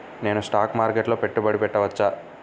నేను స్టాక్ మార్కెట్లో పెట్టుబడి పెట్టవచ్చా?